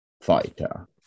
fighter